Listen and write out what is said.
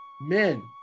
Men